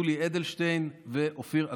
יולי אדלשטיין ואופיר אקוניס,